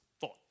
thought